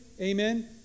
amen